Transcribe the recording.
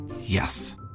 Yes